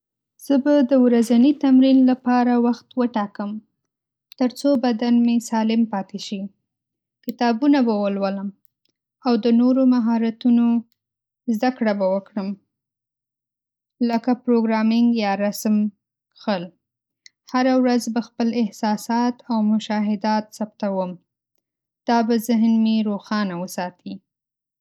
زه به د ورځني تمرین لپاره وخت وټاکم، ترڅو بدن مې سالم پاتې شي. کتابونه به ولولم او د نوو مهارتونو زده‌کړه به وکړم، لکه پروګرامنګ یا رسم کښل. هره ورځ به خپل احساسات او مشاهدات ثبتوم، دا به ذهن مې روښانه وساتي.